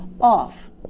Off